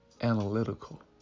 analytical